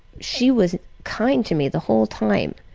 she was kind to me the whole time.